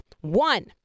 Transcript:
One